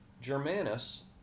Germanus